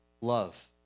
Love